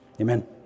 Amen